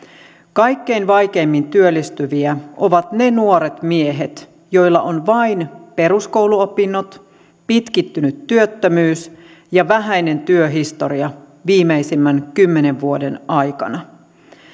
kaikkein vaikeimmin työllistyviä ovat ne nuoret miehet joilla on vain peruskouluopinnot sekä pitkittynyt työttömyys ja vähäinen työhistoria viimeisimmän kymmenen vuoden ajalta